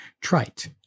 trite